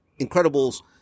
Incredibles